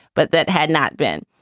but that had not been.